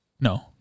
No